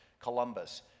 Columbus